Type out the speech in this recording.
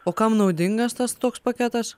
o kam naudingas tas toks paketas